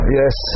yes